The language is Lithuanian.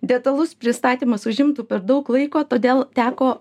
detalus pristatymas užimtų per daug laiko todėl teko